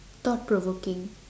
thought provoking